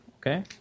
Okay